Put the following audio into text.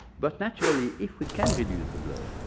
but actually, if we can reduce a blur,